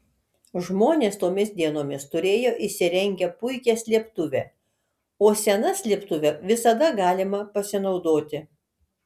žmonės tomis dienomis turėjo įsirengę puikią slėptuvę o sena slėptuve visada galima pasinaudoti